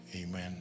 amen